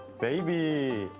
baby.